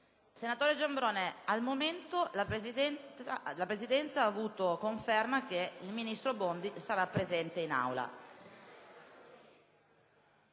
Senatore Giambrone, al momento la Presidenza ha avuto conferma che il ministro Bondi sarà presente in Aula.